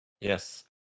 Yes